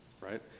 right